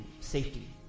safety